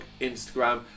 Instagram